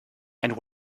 and